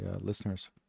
listeners